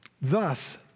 Thus